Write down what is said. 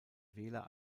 wähler